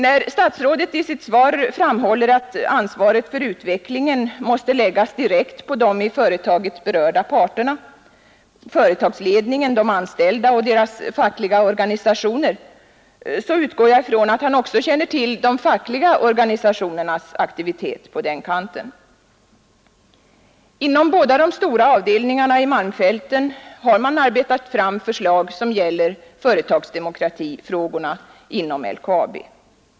När statsrådet i sitt svar framhåller att ansvaret för utvecklingen måste läggas direkt på de i företaget berörda parterna - företagsledningen, de anställda och deras fackliga organisationer — utgår jag från att han också känner till de fackliga organisationernas aktivitet på den kanten. Inom båda de stora avdelningarna i malmfälten har man arbetat fram förslag som gäller företagsdemokratifrågorna inom LKAB.